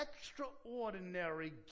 extraordinary